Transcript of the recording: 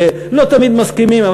ולא תמיד מסכימים,